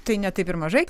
tai ne taip ir mažai